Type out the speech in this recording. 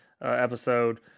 episode